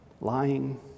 Lying